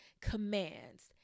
commands